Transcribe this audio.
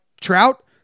Trout